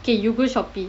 okay you go Shopee